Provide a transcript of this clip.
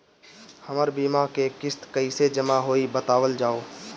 हमर बीमा के किस्त कइसे जमा होई बतावल जाओ?